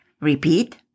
Repeat